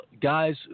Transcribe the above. Guys